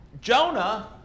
Jonah